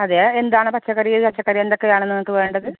അതെയോ എന്താണ് പച്ചക്കറി ഏത് പച്ചക്കറി എന്തൊക്കെയാണ് നിങ്ങൾക്ക് വേണ്ടത്